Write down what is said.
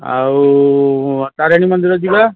ଆଉ ତାରିଣୀ ମନ୍ଦିର ଯିବା